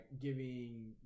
giving